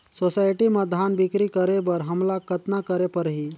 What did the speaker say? Society म धान बिक्री करे बर हमला कतना करे परही?